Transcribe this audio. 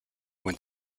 when